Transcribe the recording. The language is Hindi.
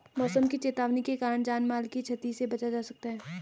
मौसम की चेतावनी के कारण जान माल की छती से बचा जा सकता है